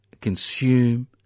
consume